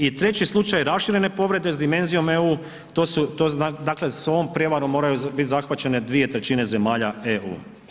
I treći slučaj raširene povrede s dimenzijom EU, to su, to, dakle, s ovom prijevarom moraju bit zahvaćene 2/3 zemalja EU.